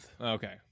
Okay